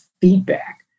feedback